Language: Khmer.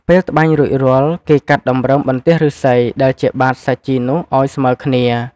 ពេលត្បាញរួចរាល់ គេកាត់តម្រឹមបន្ទះឫស្សីដែលជាបាតសាជីនោះឲ្យស្មើគ្នា។